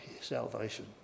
salvation